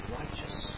righteous